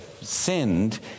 sinned